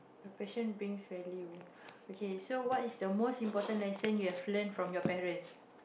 my passion brings value okay so what is the most important lesson you have learnt from your parents